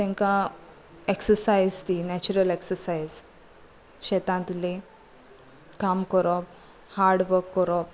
तांकां एक्सायज ती natural exercise शेतांतली काम करप हार्ड वर्क कोरप